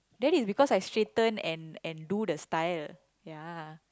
that is because I straighten and and do the style ya